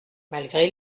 malgré